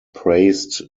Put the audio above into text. praised